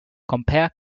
compare